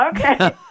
Okay